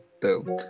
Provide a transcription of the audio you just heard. boom